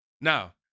now